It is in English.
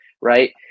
right